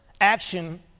action